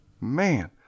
Man